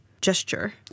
gesture